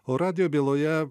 o radijo byloje